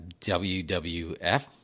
WWF